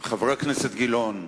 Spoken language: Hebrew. חבר הכנסת גילאון,